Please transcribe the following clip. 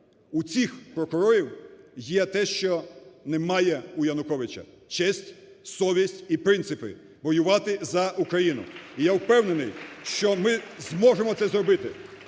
У цих прокурорів є те, що немає у Януковича, – честь, совість і принципи воювати за Україну. І я впевнений, що ми зможемо це зробити,